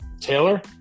Taylor